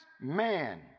man